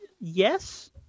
Yes